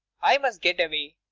i must get away.